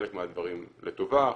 חלק מהדברים לטובה,